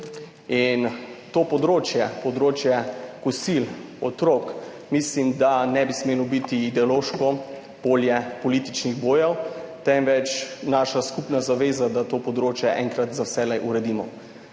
To področje, področje kosil za otroke, mislim, da ne bi smelo biti ideološko polje političnih bojev, temveč naša skupna zaveza, da to področje enkrat za vselej uredimo.